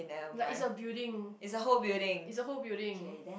like it's a building it's a whole building